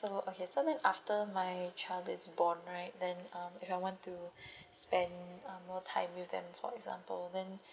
so okay so when after my child is born right then um if I want to spend uh more time with them for example then